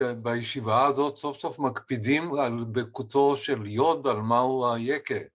בישיבה הזאת סוף סוף מקפידים בקוצור של להיות ועל מה הוא היקר.